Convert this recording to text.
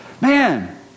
Man